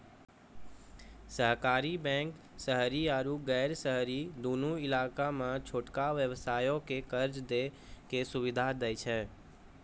सहकारी बैंक शहरी आरु गैर शहरी दुनू इलाका मे छोटका व्यवसायो के कर्जा दै के सुविधा दै छै